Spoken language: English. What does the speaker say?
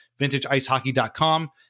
vintageicehockey.com